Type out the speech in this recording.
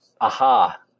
aha